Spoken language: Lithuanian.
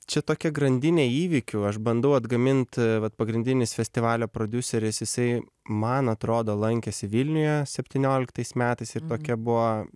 čia tokia grandinė įvykių aš bandau atgamint vat pagrindinis festivalio prodiuseris jisai man atrodo lankėsi vilniuje septynioliktais metais ir tokia buvo